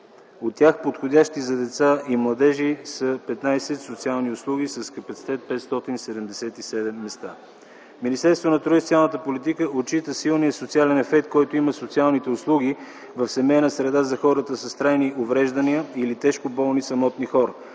От тях подходящи за деца и младежи са 15 социални услуги с капацитет 577 места. Министерството на труда и социалната политика отчита силния социален ефект, който имат социалните услуги в семейна среда за хората с трайни увреждания или тежко болни самотни хора.